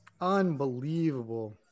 Unbelievable